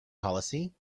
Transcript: policy